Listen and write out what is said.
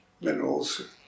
minerals